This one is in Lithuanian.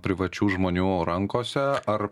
privačių žmonių rankose ar